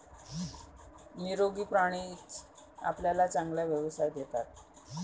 निरोगी प्राणीच आपल्याला चांगला व्यवसाय देतात